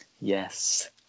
yes